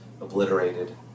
obliterated